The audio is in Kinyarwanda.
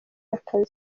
akazi